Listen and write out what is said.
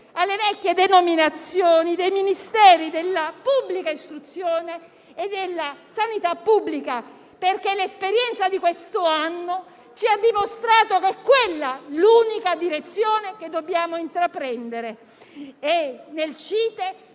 alle vecchie denominazioni dei Ministeri della pubblica istruzione e della sanità pubblica, perché l'esperienza di questo anno ci ha dimostrato che quella è l'unica direzione che dobbiamo intraprendere. Nel CITE